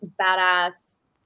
badass